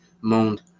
moaned